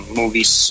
movies